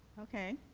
okay.